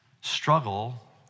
struggle